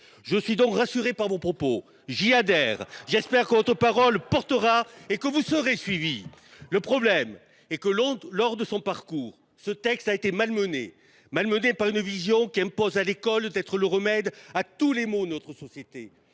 Je suis donc rassuré par vos propos. J’y adhère. J’espère que votre parole portera et que vous serez suivi. Le problème est que, lors de son parcours, ce programme a été malmené par les promoteurs d’une vision qui impose à l’école d’être le remède à tous les maux de notre société,